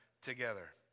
together